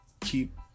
Keep